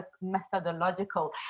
methodological